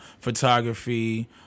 photography